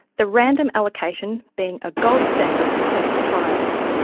the random allocation being a gold standard for clinical trials.